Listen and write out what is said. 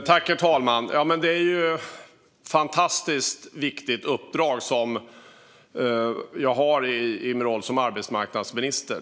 Herr talman! Det är ett fantastiskt viktigt uppdrag som jag har i min roll som arbetsmarknadsminister.